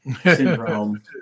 syndrome